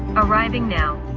arriving now.